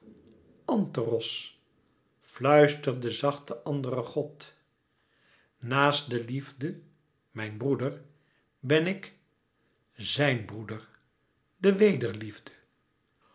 anteros fluisterde zacht de andere god naast de liefde mijn broeder ben ik zijn broeder de